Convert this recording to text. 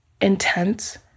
intense